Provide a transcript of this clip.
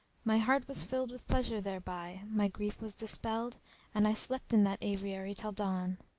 my heart was filled with pleasure thereby my grief was dispelled and i slept in that aviary till dawn.